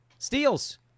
steals